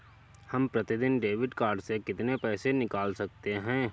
हम प्रतिदिन debit card से कितना पैसा निकाल सकते हैं?